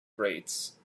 grades